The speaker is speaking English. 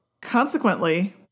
Consequently